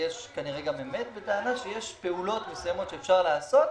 וכנראה יש גם אמת בטענה שיש פעולות מסוימות שאפשר לעשות,